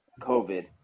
COVID